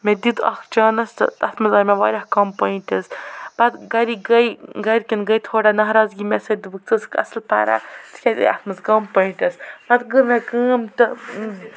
مےٚ دیُت اَکھ چانٕس تہٕ تَتھ منٛز آے مےٚ واریاہ کَم پایِنٛٹٕس پَتہٕ گَرِکۍ گٔے گَرکٮ۪ن گٔے تھوڑا ناراضگی مےٚ سۭتۍ دوٚپُکھ ژٕ ٲسٕکھ اَصٕل پَران ژےٚ کیٛازِ آے اَتھ منٛز کَم پایِنٛٹٕس پَتہٕ کٔر مےٚ کٲم تہٕ